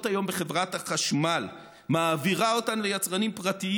היום בחברת החשמל ומעבירה אותן ליצרנים פרטיים,